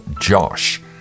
Josh